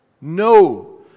No